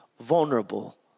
vulnerable